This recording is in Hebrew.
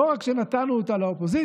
לא רק שנתנו אותה לאופוזיציה,